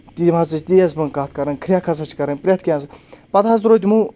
تی ہَسا چھِ تہِ ٲسۍ مےٚ کَتھ کَرٕنۍ کرؠکھ ہَسا چھِ کَرٕنۍ پرؠتھ کینٛہہ پَتہٕ حظ ترٛوو تِمَو